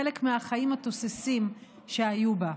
חלק מהחיים התוססים שהיו בה.